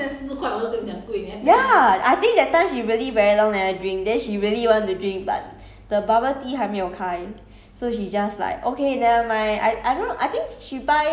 ten dollar eh 她买得下 [sial] ya I think that time she really very long never drink then she really want to drink but the bubble tea 还没有开